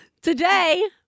today